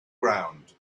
ground